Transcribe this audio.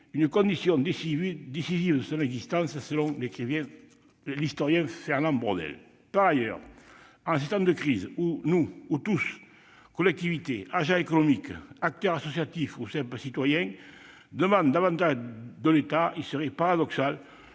une condition décisive de son existence, selon l'historien Fernand Braudel. Par ailleurs, en ces temps de crise où tous- collectivités, agents économiques, acteurs associatifs ou simples citoyens -demandent davantage de l'État, il serait paradoxal